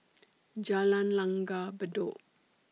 Jalan Langgar Bedok